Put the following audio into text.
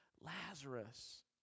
Lazarus